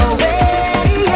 Away